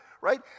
right